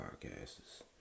podcasts